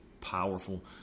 powerful